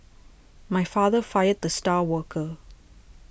my father fired the star worker